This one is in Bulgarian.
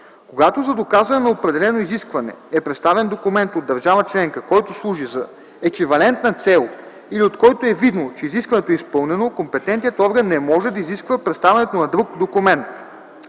Когато за доказване на определено изискване е представен документ от държава членка, който служи за еквивалентна цел или от който е видно, че изискването е изпълнено, компетентният орган не може да изисква представянето на друг документ.